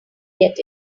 get